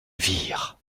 virent